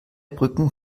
brücken